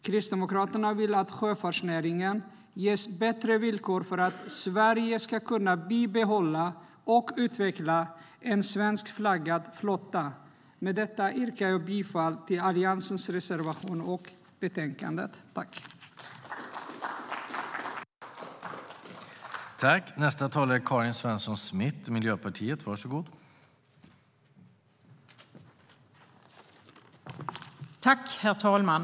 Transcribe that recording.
Kristdemokraterna vill att sjöfartsnäringen ges bättre villkor för att Sverige ska kunna bibehålla och utveckla en svenskflaggad flotta.